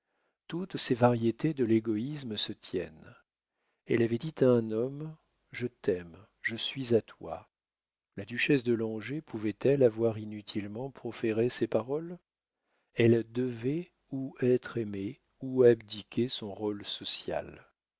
toutes ces variétés de l'égoïsme se tiennent elle avait dit à un homme je t'aime je suis à toi la duchesse de langeais pouvait-elle avoir inutilement proféré ces paroles elle devait ou être aimée ou abdiquer son rôle social